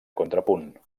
contrapunt